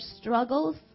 struggles